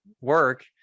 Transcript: work